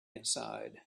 aside